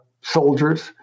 soldiers